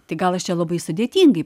tai gal aš čia labai sudėtingai